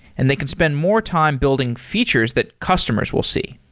and they can spend more time building features that customers will see.